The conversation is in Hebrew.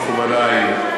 מכובדי,